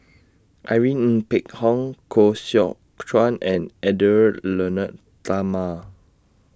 Irene Ng Phek Hoong Koh Seow Chuan and Edwy Lyonet Talma